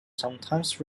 sometimes